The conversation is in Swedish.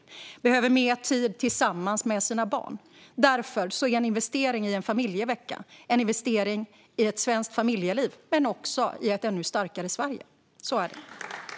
Föräldrar behöver mer tid tillsammans med sina barn. Därför är en investering i en familjevecka en investering i ett svenskt familjeliv men också i ett ännu starkare Sverige. Så är det!